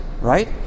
right